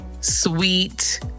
sweet